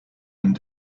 and